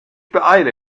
beeile